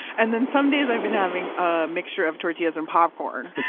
and then some days i've been having a mixture of tortillas and popcorn.